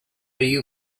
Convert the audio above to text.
you